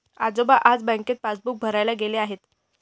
आजोबा आज बँकेत पासबुक भरायला गेले आहेत